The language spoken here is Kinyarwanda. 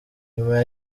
nyuma